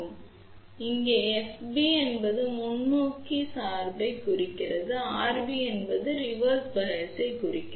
எனவே இங்கே FB என்பது முன்னோக்கி சார்பு என்பதைக் குறிக்கிறது RB என்பது தலைகீழ் சார்புகளைக் குறிக்கிறது